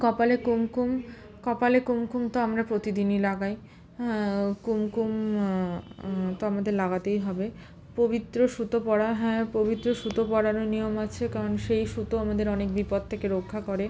কপালে কুমকুম কপালে কুমকুম তো আমরা প্রতিদিনই লাগাই হ্যাঁ কুমকুম তো আমাদের লাগাতেই হবে পবিত্র সুতো পরা হ্যাঁ পবিত্র সুতো পরানো নিয়ম আছে কারণ সেই সুতো আমাদের অনেক বিপদ থেকে রক্ষা করে